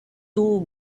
too